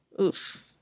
Oof